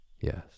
yes